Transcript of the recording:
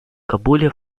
кабуле